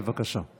אתה